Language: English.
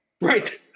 right